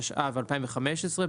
התשע"ו-2015,